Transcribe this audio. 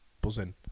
buzzing